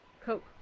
Coke